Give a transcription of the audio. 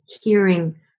hearing